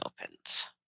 opens